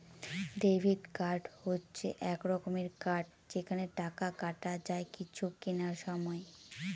debit card হচ্ছে এক রকমের কার্ড যেখানে টাকা কাটা যায় কিছু কেনার সময়